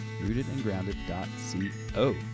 Rootedandgrounded.co